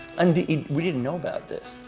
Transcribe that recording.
and we didn't know about this.